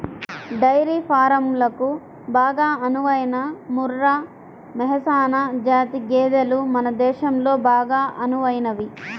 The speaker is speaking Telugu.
డైరీ ఫారంలకు బాగా అనువైన ముర్రా, మెహసనా జాతి గేదెలు మన దేశంలో బాగా అనువైనవి